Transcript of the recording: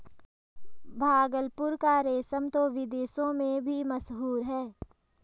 भागलपुर का रेशम तो विदेशों में भी मशहूर है